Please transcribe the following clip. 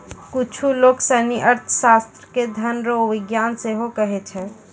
कुच्छु लोग सनी अर्थशास्त्र के धन रो विज्ञान सेहो कहै छै